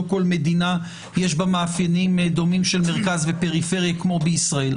לא בכל מדינה יש בה מאפיינים דומים של מרכז ופריפריה כמו בישראל,